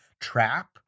trap